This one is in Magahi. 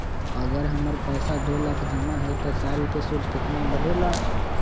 अगर हमर पैसा दो लाख जमा है त साल के सूद केतना बढेला?